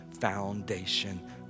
foundation